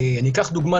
אקח לדוגמה,